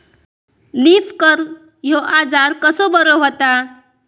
Leaf curl ह्यो आजार कसो बरो व्हता?